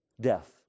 death